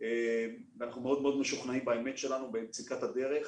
ואנחנו מאוד מאוד משוכנעים באמת שלנו, בצדקת הדרך,